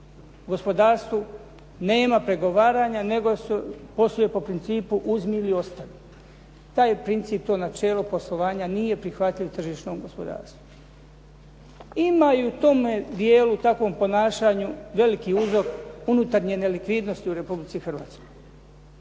gospodarstvu nema pregovaranja, nego se posluje po principu uzmi ili ostavi. Taj princip, to načelo poslovanja nije prihvatljiv tržišnom gospodarstvu. Ima i u tome dijelu, takvom ponašanju veliki uzrok unutarnje nelikvidnosti u Republici Hrvatskoj.